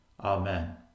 Amen